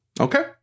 Okay